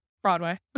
broadway